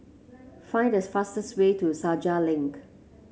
find these fastest way to Senja Link